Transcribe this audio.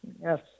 Yes